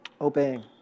obeying